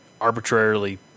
arbitrarily